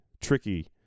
tricky